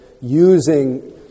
using